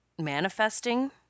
manifesting